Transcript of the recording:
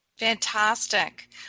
Fantastic